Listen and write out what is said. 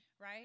right